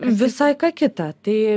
visai ką kita tai